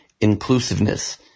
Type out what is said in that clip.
inclusiveness